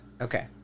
Okay